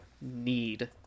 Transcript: need